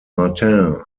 martin